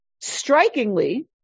Strikingly